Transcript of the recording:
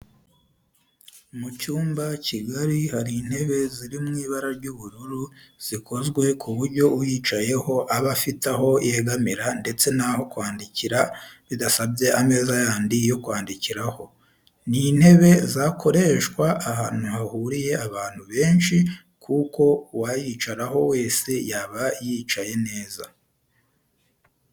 Mu cyumba kigari hari intebe ziri mu ibara ry'ubururu zikozwe ku buryo uyicayeho aba afite aho yegamira ndetse n'aho kwandikira bidasabye ameza yandi yo kwandikiraho. Ni intebe zakoreshwa ahantu hahuriye abantu benshi kuko uwayicaraho wese yaba yicaye neza.